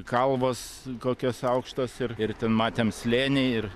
kalvos kokios aukštos ir ir ten matėm slėnį ir